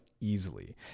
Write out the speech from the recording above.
easily